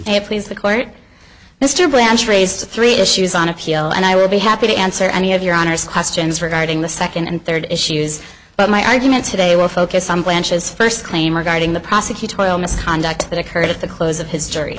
you please the court mr blanch raised three issues on appeal and i will be happy to answer any of your honor's questions regarding the second and third issues but my argument today will focus on branches first claim regarding the prosecutorial misconduct that occurred at the close of his